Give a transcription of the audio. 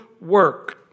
work